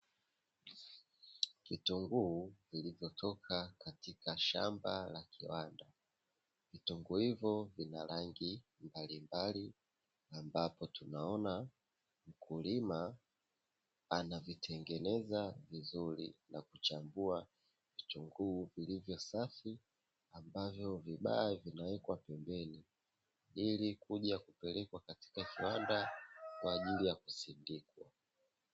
Vitunguu vilivyotoka katika shamba la kiwanda, vitunguu hivo vina rangi mbalimbali ambapo tunaona mkulima anavitengeneza vizuri na kuchambua vitunguu vilivyo safi ambavyo vibaya vinawekwa pembeni ili kuja kupelekwa katika kiwanda kwa ajili ya kusindikwa.